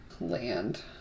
Land